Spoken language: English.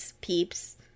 peeps